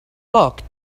locked